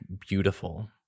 beautiful